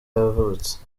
yavutse